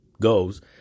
goes